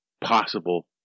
possible